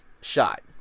shot